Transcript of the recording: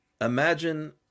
imagine